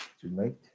tonight